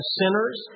sinners